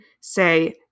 say